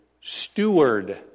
steward